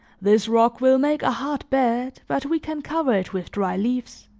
this rock will make a hard bed but we can cover it with dry leaves.